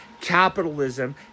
Capitalism